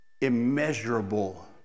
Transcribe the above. immeasurable